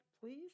please